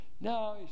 Now